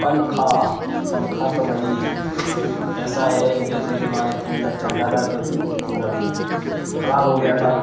پنکھا پنکھا تو بھائی ایسا ہے جیسے کہ ہمارے کولر چلتا تھا زیادہ تو کولر خراب ہو گیا تھا